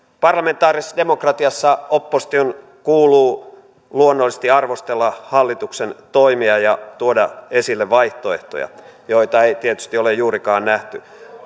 parlamentaarisessa demokratiassa opposition kuuluu luonnollisesti arvostella hallituksen toimia ja tuoda esille vaihtoehtoja joita ei tietysti ole juurikaan nähty